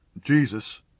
Jesus